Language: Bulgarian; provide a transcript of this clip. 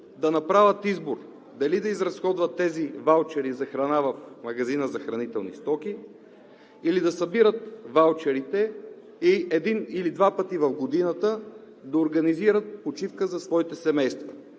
да направят избор дали да изразходват тези ваучери за храна в магазина за хранителни стоки, или да събират ваучерите и един или два пъти в годината да организират почивка за своите семейства.